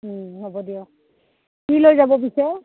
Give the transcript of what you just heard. ওম হ'ব দিয়ক কি লৈ যাব পিছে